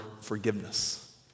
forgiveness